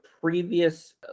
previous